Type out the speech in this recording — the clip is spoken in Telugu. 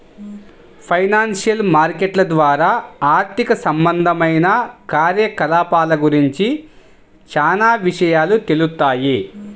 ఫైనాన్షియల్ మార్కెట్ల ద్వారా ఆర్థిక సంబంధమైన కార్యకలాపాల గురించి చానా విషయాలు తెలుత్తాయి